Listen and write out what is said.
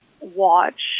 watch